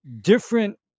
different